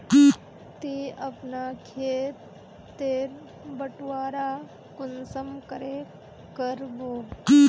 ती अपना खेत तेर बटवारा कुंसम करे करबो?